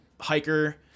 hiker